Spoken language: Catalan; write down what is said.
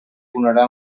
abonarà